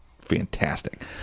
fantastic